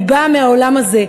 אני באה מהעולם הזה.